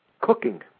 Cooking